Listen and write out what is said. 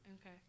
Okay